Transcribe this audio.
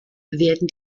werden